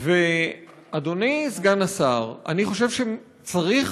ואדוני סגן השר, אני חושב שצריך